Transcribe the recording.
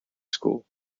school